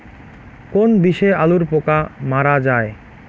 কোন বিষে আলুর পোকা মারা যায়?